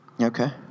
Okay